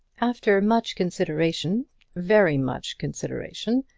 after much consideration very much consideration,